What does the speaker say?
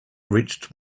reached